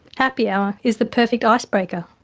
happy hour is the perfect icebreaker.